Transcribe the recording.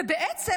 ובעצם,